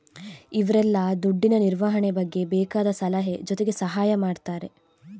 ಇವ್ರೆಲ್ಲ ದುಡ್ಡಿನ ನಿರ್ವಹಣೆ ಬಗ್ಗೆ ಬೇಕಾದ ಸಲಹೆ ಜೊತೆಗೆ ಸಹಾಯ ಮಾಡ್ತಾರೆ